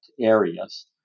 areas